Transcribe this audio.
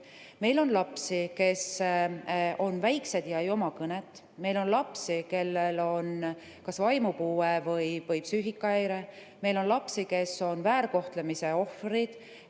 Meil on lapsi, kes on väiksed ja ei oska rääkida, meil on lapsi, kellel on kas vaimupuue või psüühikahäire, meil on lapsi, kes on väärkohtlemise ohvrid,